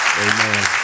Amen